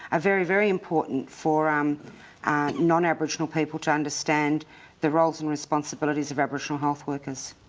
ah very, very important for um non-aboriginal people to understand the roles and responsibilities of aboriginal health workers.